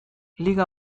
liga